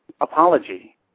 apology